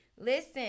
Listen